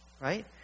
Right